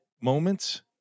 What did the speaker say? moments